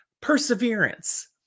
perseverance